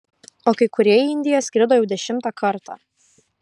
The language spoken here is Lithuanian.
o kai kurie į indiją skrido jau dešimtą kartą